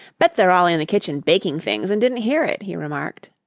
bet they're all in the kitchen baking things and didn't hear it, he remarked.